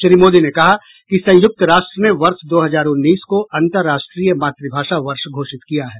श्री मोदी ने कहा कि संयुक्त राष्ट्र ने वर्ष दो हजार उन्नीस को अंतर्राष्ट्रीय मातृभाषा वर्ष घोषित किया है